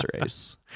race